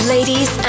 Ladies